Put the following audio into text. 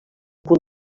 punt